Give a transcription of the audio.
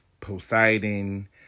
Poseidon